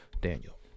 Daniel